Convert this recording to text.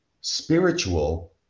spiritual